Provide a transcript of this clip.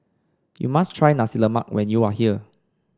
you must try Nasi Lemak when you are here